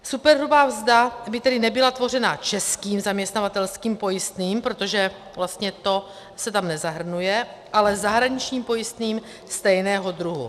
Superhrubá mzda by tedy nebyla tvořena českým zaměstnavatelským pojistným, protože vlastně to se tam nezahrnuje, ale zahraničním pojistným stejného druhu.